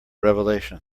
revelation